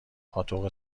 پاتوق